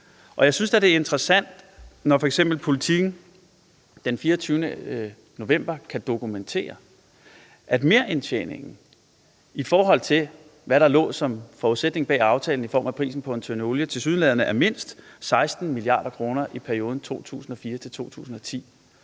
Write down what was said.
Jeg synes da, det er interessant, når f.eks. Politiken den 24. november kan dokumentere, at merindtjeningen, i forhold til hvad der lå som forudsætning bag aftalen i form af prisen på en tønde olie, tilsyneladende er mindst 16 mia. kr. i perioden 2004-2010.